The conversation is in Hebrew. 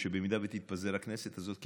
אם תתפזר הכנסת הזאת,